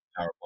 Powerpoint